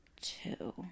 two